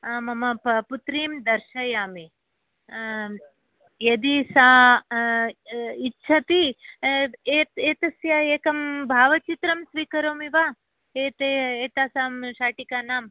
मम प पुत्रीं दर्शयामि यदि सा इच्छति ए एतस्य एकं भावचित्रं स्वीकरोमि वा एते एतासां शाटिकानां